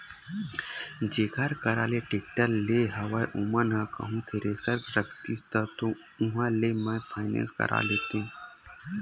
जेखर करा ले टेक्टर लेय हव ओमन ह कहूँ थेरेसर रखतिस तब तो उहाँ ले ही मैय फायनेंस करा लेतेव